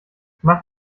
mach